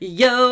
yo